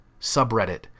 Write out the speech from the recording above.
subreddit